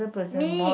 me